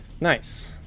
Nice